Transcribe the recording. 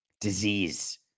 disease